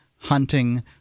hunting